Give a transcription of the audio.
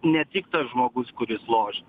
ne tik tas žmogus kuris lošia